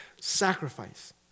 sacrifice